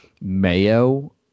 mayo